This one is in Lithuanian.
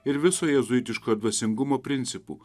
ir viso jėzuitiško dvasingumo principų